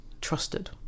trusted